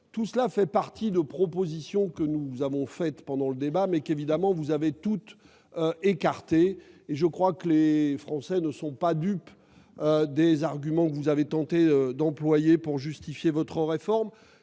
Tout cela fait partie de propositions que nous avons faites pendant le débat, mais qu'évidemment vous avez toutes écartées. Je crois que les Français ne sont pas dupes des arguments que vous avez tenté d'employer pour justifier votre réforme.